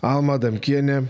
alma adamkienė